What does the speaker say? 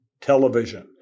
television